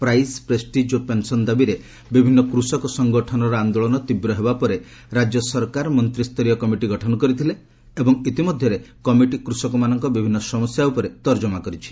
price prestige ଓ pension ଦାବିରେ ବିଭିନ୍ନ କୃଷକ ସଂଗଠନର ଆନ୍ଦୋଳନ ତୀବ୍ର ହେବା ପରେ ରାଜ୍ୟ ସରକାର ମନ୍ତ୍ରୀ ସ୍ତରୀୟ କମିଟି ଗଠନ କରିଥିଲେ ଏବଂ ଇତିମଧ୍ୟରେ କମିଟି କୃଷକମାନଙ୍କ ବିଭିନ୍ନ ସମସ୍ୟା ଉପରେ ତର୍ଜମା କରିଛି